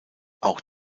auch